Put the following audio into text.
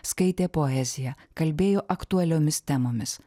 skaitė poeziją kalbėjo aktualiomis temomis